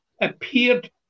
appeared